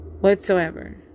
Whatsoever